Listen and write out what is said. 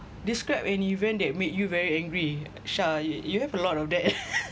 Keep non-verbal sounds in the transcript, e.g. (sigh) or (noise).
describe an event that made you very angry shah you have a lot of that (laughs)